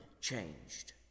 changed